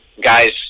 Guys